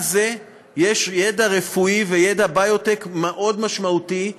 על זה יש ידע רפואי וידע ביו-טק משמעותי מאוד,